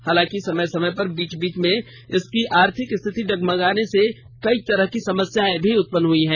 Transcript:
हालांकि समय समय पर बीच बीच में इसकी आर्थिक स्थिति डगमगाने से कई तरह की समस्याएं उत्पन्न हई है